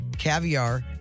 Caviar